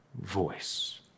voice